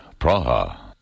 Praha